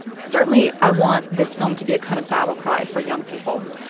certainly i want this film to be a kind of battle cry for young people.